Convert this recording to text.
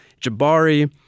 Jabari